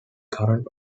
current